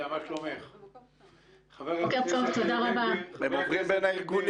אתם עוברים בארגונים